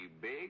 big